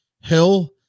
Hill